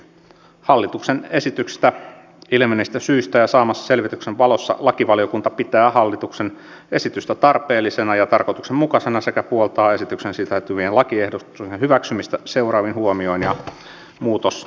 hallituksen esityksestä ilmenevistä syistä ja saamansa selvityksen valossa lakivaliokunta pitää hallituksen esitystä tarpeellisena ja tarkoituksenmukaisena sekä puoltaa esitykseen sisältyvien lakiehdotusten hyväksymistä seuraavin huomioin ja muutosehdotuksin